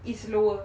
is lower